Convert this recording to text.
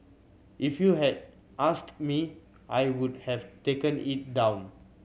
if you had asked me I would have taken it down